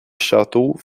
château